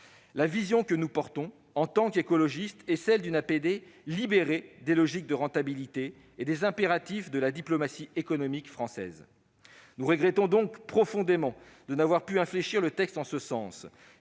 La vision que nous portons en tant qu'écologistes est celle d'une APD libérée des logiques de rentabilité et des impératifs de la diplomatie économique française. Nous regrettons profondément de n'avoir pu infléchir le texte en ce sens.